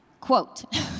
quote